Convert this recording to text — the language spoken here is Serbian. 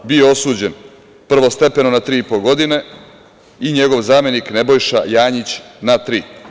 Bio je osuđen prvostepeno na tri i po godine, i njegov zamenik Nebojša Janjić na tri.